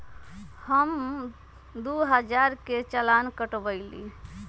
हम दु हजार के चालान कटवयली